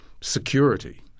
Security